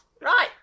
Right